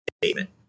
statement